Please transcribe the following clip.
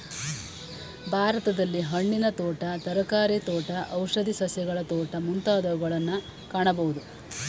ಭಾರತದಲ್ಲಿ ಹಣ್ಣಿನ ತೋಟ, ತರಕಾರಿ ತೋಟ, ಔಷಧಿ ಸಸ್ಯಗಳ ತೋಟ ಮುಂತಾದವುಗಳನ್ನು ಕಾಣಬೋದು